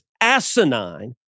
asinine